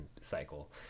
cycle